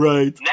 Right